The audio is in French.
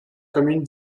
commune